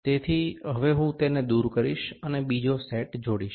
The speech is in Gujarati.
તેથી હવે હું તેને દૂર કરીશ અને બીજો સેટ જોડીશ